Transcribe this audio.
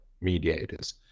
mediators